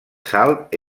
salt